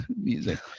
music